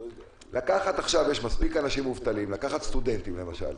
יש מספיק אנשים מובטלים, לקחת סטודנטים, למשל.